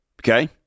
okay